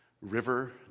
River